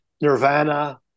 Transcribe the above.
Nirvana